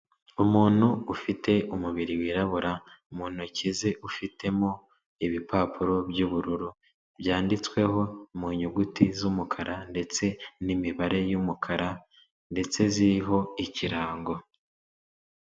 Umuntu ufite umubiri wirabura, mu ntoki ze ufitemo ibipapuro by'ubururu, byanditsweho mu nyuguti z'umukara ndetse n'imibare y'umukara ndetse ziriho ikirango.